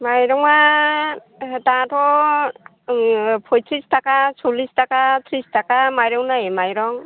माइरङा दाथ' जोङो पइत्रिस थाखा सल्लिस थाखा त्रिस थाखा माइरं नायै माइरं